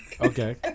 Okay